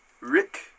Rick